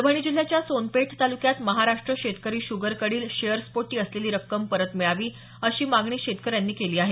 परभणी जिल्ह्याच्या सोनपेठ तालुक्यात महाराष्ट्र शेतकरी शुगरकडील शेअर्सपोटी असलेली रक्कम परत मिळावी अशी मागणी शेतकऱ्यांनी केली आहे